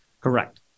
correct